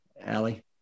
Allie